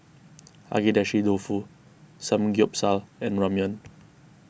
Agedashi Dofu Samgyeopsal and Ramyeon